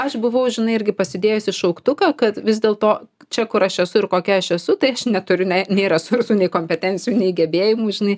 aš buvau žinai irgi pasidėjusi šauktuką kad vis dėl to čia kur aš esu ir kokia aš esu tai aš neturiu ne nei resursų nei kompetencijų nei gebėjimų žinai